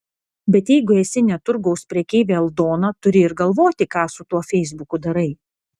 bet jeigu esi ne turgaus prekeivė aldona turi ir galvoti ką su tuo feisbuku darai